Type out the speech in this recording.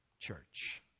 church